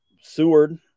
Seward